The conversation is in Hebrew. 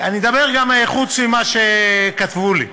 אני מדבר גם חוץ ממה שכתבו לי.